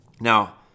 Now